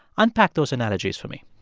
unpack those analogies for me